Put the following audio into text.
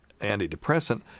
antidepressant